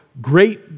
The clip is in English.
great